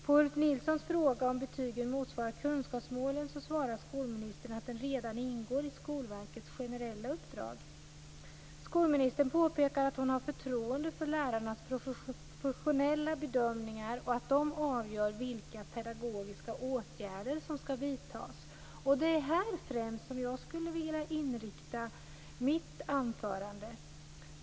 På Ulf Nilssons fråga om betygen motsvarar kunskapsmålen, svarar skolministern att denna fråga redan ingår i Skolverkets generella uppdrag. Skolministern påpekar att hon har förtroende för lärarnas professionella bedömningar och att de avgör vilka pedagogiska åtgärder som skall vidtas. Jag vill inrikta mitt anförande främst på detta.